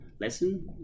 lesson